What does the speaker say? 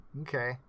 Okay